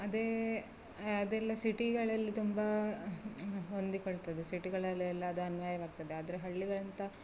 ಅದೇ ಅದೆಲ್ಲ ಸಿಟಿಗಳಲ್ಲಿ ತುಂಬ ಹೊಂದಿಕೊಳ್ತದೆ ಸಿಟಿಗಳಲೆಲ್ಲಾ ಅದು ಅನ್ವಯವಾಗ್ತದೆ ಆದರೆ ಹಳ್ಳಿಗಳಂಥ